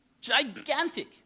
Gigantic